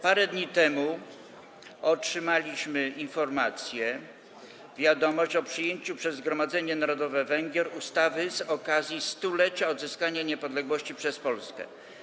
Parę dni temu otrzymaliśmy informację, wiadomość o przyjęciu przez Zgromadzenie Narodowe Węgier ustawy z okazji 100-lecia odzyskania niepodległości przez Polskę.